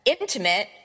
intimate